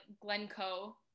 Glencoe